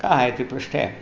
कः इति पृष्टे